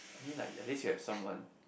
I mean like at least you have someone